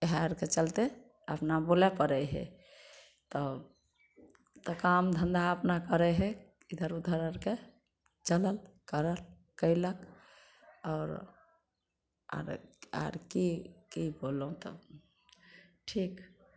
इएह आरके चलितै अपना बोलै पड़ै हइ तऽ तऽ काम धन्धा अपना करै हइ इधर उधरके चलऽ करऽ कएलक आओर आर आर कि कि बोलू तब ठीक